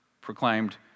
proclaimed